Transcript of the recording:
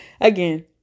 again